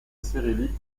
cyrillique